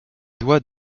doigts